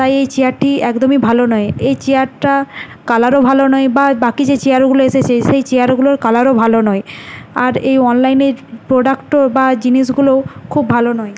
তাই এই চেয়ারটি একদমই ভালো নয় এই চেয়ারটা কালারও ভালো নয় বা বাকি যে চেয়ারগুলো এসেছে সেই চেয়ারগুলোর কালারও ভালো নয় আর এই অনলাইনের প্রোডাক্টও বা জিনিসগুলোও খুব ভালো নয়